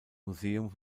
museum